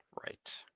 Right